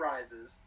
Rises